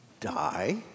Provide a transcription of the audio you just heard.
Die